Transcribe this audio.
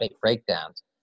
breakdowns